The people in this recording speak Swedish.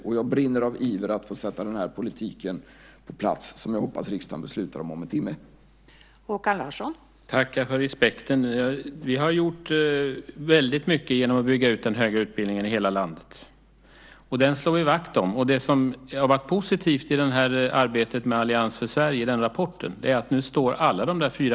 Och jag brinner av iver att få sätta den politik som jag hoppas att riksdagen kommer att besluta om senare i dag på plats.